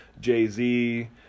Jay-Z